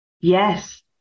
Yes